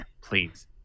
please